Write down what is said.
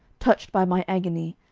touched by my agony,